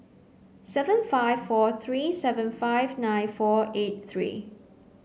seven five four three seven five nine four eight three